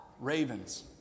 Ravens